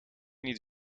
niet